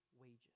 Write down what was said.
wages